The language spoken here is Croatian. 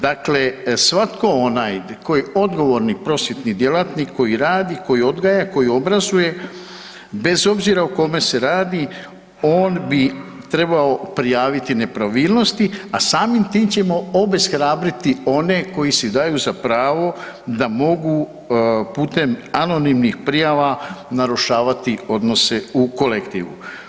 Dakle, svatko onaj koji je odgovorni prosvjetni djelatnik, koji radi, koji odgaja, koji obrazuje, bez obzira o kome se radi, on bi trebao prijaviti nepravilnosti, a samim tim ćemo obeshrabriti one koji si daju za pravo da mogu putem anonimnih prijava narušavati odnose u kolektivu.